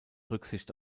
rücksicht